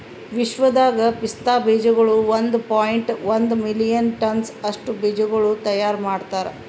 ವಿಶ್ವದಾಗ್ ಪಿಸ್ತಾ ಬೀಜಗೊಳ್ ಒಂದ್ ಪಾಯಿಂಟ್ ಒಂದ್ ಮಿಲಿಯನ್ ಟನ್ಸ್ ಅಷ್ಟು ಬೀಜಗೊಳ್ ತೈಯಾರ್ ಮಾಡ್ತಾರ್